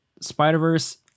spider-verse